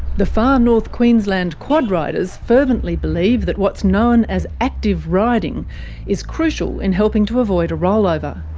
the far north queensland quad riders fervently believe that what's known as active riding is crucial in helping to avoid a rollover.